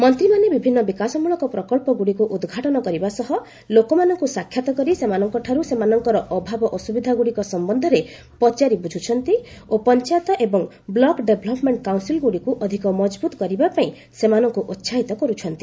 ମନ୍ତ୍ରୀମାନେ ବିଭିନ୍ନ ବିକାଶମୂଳକ ପ୍ରକଳ୍ପଗୁଡ଼ିକୁ ଉନ୍ମାଟନ କରିବା ସହ ଲୋକମାନଙ୍କୁ ସାକ୍ଷାତ କରି ସେମାନଙ୍କଠାରୁ ସେମାନଙ୍କର ଅଭାବ ଅସୁବିଧାଗୁଡ଼ିକ ସମ୍ଭନ୍ଧରେ ପଚାରି ବୁଝୁଛନ୍ତି ଓ ପଞ୍ଚାୟତ ଏବଂ ବ୍ଲକ ଡେଭଲପ୍ମେଣ୍ଟ କାଉନ୍ସିଲ୍ଗୁଡ଼ିକୁ ଅଧିକ ମଚ୍ଚବୁତ କରିବା ପାଇଁ ସେମାନଙ୍କୁ ଉସାହିତ କରୁଛନ୍ତି